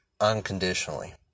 Unconditionally